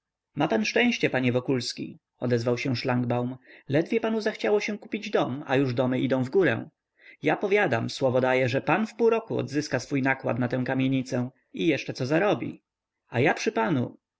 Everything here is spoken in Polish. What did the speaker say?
ma szczęście panie wokulski odezwał się szlangbaum ledwie panu zachciało się kupić dom a już domy idą w górę ja powiadam słowo daję że pan w pół roku odzyska swój nakład na tę kamienicę i jeszcze co zarobi a ja przy panu